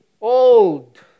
old